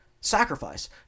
sacrifice